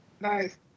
Nice